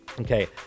okay